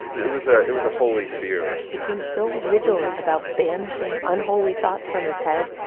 it was ah it was a holy fear. became so vigilant about banishing unholy thoughts from his head,